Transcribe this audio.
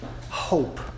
hope